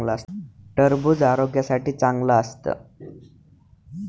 टरबूज आरोग्यासाठी चांगलं असतं